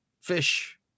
fish